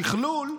יש פה סדרנים?